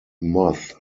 moths